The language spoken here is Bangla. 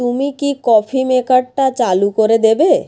তুমি কি কফি মেকারটা চালু করে দেবে